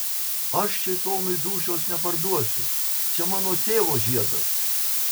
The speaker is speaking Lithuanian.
aš šėtonui dūšios neparduosiu čia mano tėvo žiedas